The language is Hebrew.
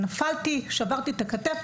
נפלתי ושברתי את הכתף,